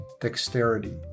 dexterity